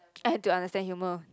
I had to understand humor